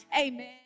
amen